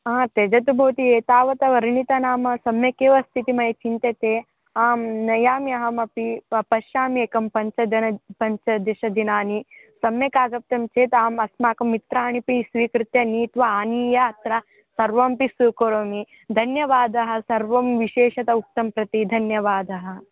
हा त्यजतु भवती एतावत् वर्णिता नाम सम्यक्केव अस्तीति मया चिन्त्यते आं नयामि अहमपि प पश्यामि एकं पञ्चदश पञ्चदशदिनानि सम्यकागतं चेत् आम् अस्माकं मित्राण्यपि स्वीकृत्य नीत्वा आनीय अत्र सर्वमपि स्वीकरोमि धन्यवादः सर्वं विशेषतः उक्तं प्रति धन्यवादः